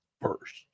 first